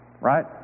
Right